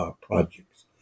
projects